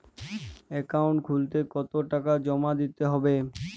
Account খুলতে কতো টাকা জমা দিতে হবে?